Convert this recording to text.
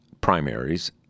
primaries